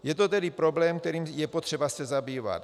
Je to tedy problém, kterým je potřeba se zabývat.